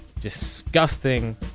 disgusting